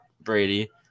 Brady